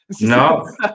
no